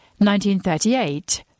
1938